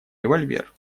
револьвер